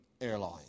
airline